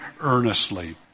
earnestly